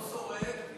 לא שורד.